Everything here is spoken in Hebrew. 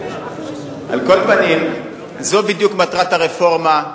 על כל פנים, זו בדיוק מטרת הרפורמה.